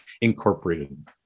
Incorporated